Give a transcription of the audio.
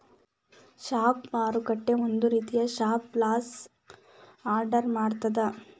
stop ಮಾರುಕಟ್ಟೆ ಒಂದ ರೇತಿ ಸ್ಟಾಪ್ ಲಾಸ್ ಆರ್ಡರ್ ಮಾಡ್ತದ